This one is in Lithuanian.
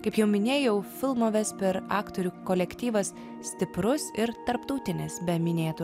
kaip jau minėjau filmo vesper aktorių kolektyvas stiprus ir tarptautinis be minėtų